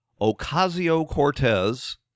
Ocasio-Cortez